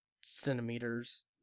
centimeters